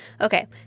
Okay